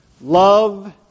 Love